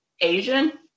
Asian